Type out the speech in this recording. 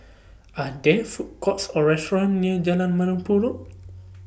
Are There Food Courts Or restaurants near Jalan